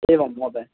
एवं महोदय